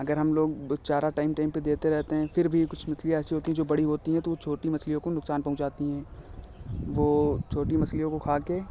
अगर हम लोग दो चारा टइम टइम पर देते रहते हैं फिर भी कुछ मछलियाँ ऐसी होती हैं जो बड़ी होती हैं तो वह छोटी मछलियों को नुकसान पहुँचाती हैं वह छोटी मछलियों को खाकर